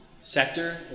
sector